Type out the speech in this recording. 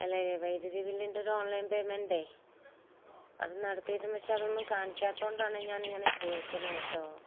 അല്ല ഈ വൈദ്യുതി ബില്ലിൻ്റെ ഒരു ഓൺലൈൻ പേയ്മെൻ്റ് അത് നടത്തിയിട്ടും പക്ഷെ അതൊന്നും കാണിക്കാത്തതുകൊണ്ടാണ് ഞാനിങ്ങനെ ചോദിക്കുന്നത് കേട്ടോ